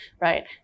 right